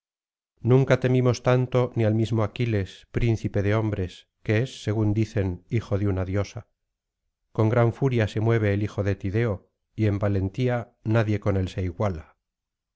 nunca temimos tanto ni al mismo aquiles príncipe de hombres que es según dicen hijo de una diosa con gran furia se mueve el hijo de tideo y en valentía nadie con él se iguala